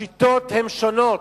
השיטות הן שונות.